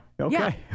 Okay